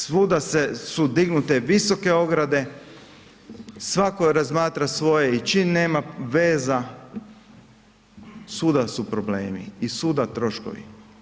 Svuda su dignute visoke ograde, svako razmatra svoje i čim nema veza svuda su problemi i svuda troškovi.